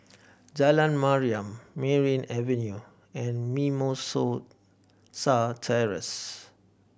Jalan Mariam Merryn Avenue and Mimosa Terrace